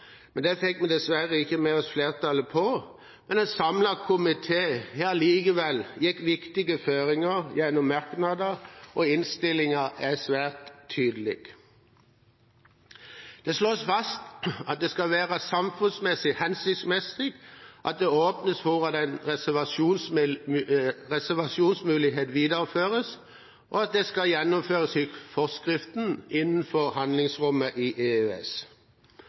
men en samlet komité har allikevel gitt viktige føringer gjennom merknader, og innstillingen er svært tydelig: Det slås fast at det vil være samfunnsmessig hensiktsmessig at det åpnes for at en reservasjonsmulighet videreføres, og at dette skal gjennomføres i forskriften innenfor handlingsrommet i EØS.